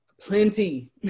plenty